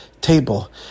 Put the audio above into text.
table